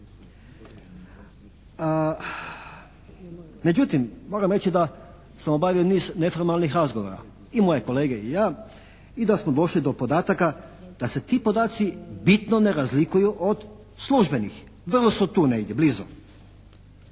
Međutim, moram reći da sam obavio niz neformalnih razgovora i moje kolege i ja, i da smo došli do podataka da se ti podaci bitno ne razlikuju od službenih, vrlo su tu negdje blizu.